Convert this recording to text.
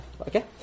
okay